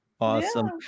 Awesome